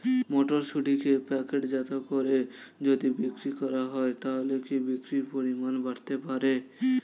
মটরশুটিকে প্যাকেটজাত করে যদি বিক্রি করা হয় তাহলে কি বিক্রি পরিমাণ বাড়তে পারে?